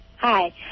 Hi